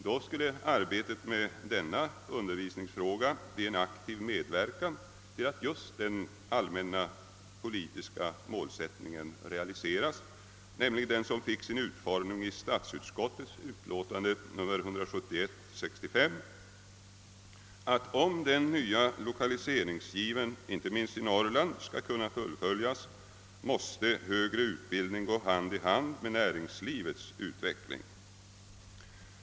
Då skulle arbetet med denna undervisningsfråga bli en aktiv medverkan till att just den allmänna politiska målsättningen realiseras, nämligen den som fick sin utformning i statsutskottets utlåtande 1965: 171, att »om den nya lokaliseringsgiven inte minst i Norrland, skall kunna fullföljas, måste högre utbildning gå hand i hand med näringslivets utveckling».